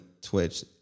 Twitch